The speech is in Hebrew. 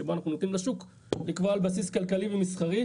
שבו אנחנו נותנים לשוק לקבוע על בסיס כלכלי ומסחרי,